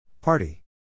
Party